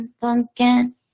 pumpkin